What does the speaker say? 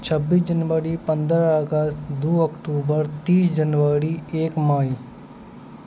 छब्बीस जनवरी पन्द्रह अगस्त दू अक्टूबर तीस जनवरी एक मई